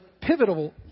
pivotal